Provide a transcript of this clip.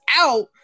out